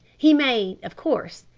he may, of course,